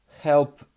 help